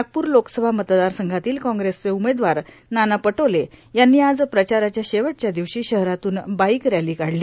नागपूर लोकसभा मतदार संघातील काँग्रेसचे उमेदवार नाना पटोले यांनी आज प्रचाराच्या शेवटच्या दिवशी शहरातून बाईक रॅली काढली